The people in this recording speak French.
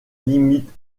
limite